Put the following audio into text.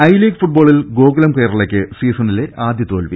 I League ഫുട്ബോളിൽ ഗോകുലം കേരളക്ക് സീസണിലെ ആദ്യ തോൽവി